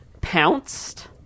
Pounced